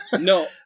No